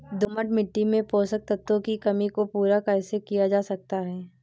दोमट मिट्टी में पोषक तत्वों की कमी को पूरा कैसे किया जा सकता है?